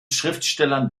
schriftstellern